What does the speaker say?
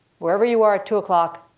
wherever you are at two o'clock,